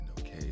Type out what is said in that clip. okay